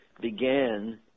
began